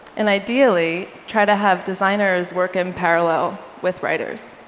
and ideally, try to have designers work in parallel with writers.